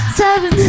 seven